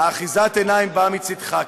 אחיזת העיניים באה מצידך,